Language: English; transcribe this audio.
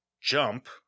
jump